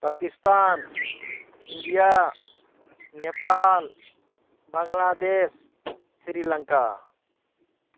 Pakistan India Nepal Bangladesh Sri Lanka